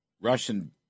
Russian